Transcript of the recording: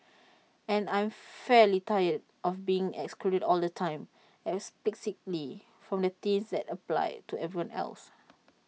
and I'm fairly tired of being excluded all the time implicitly from things that apply to everyone else